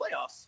playoffs